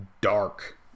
dark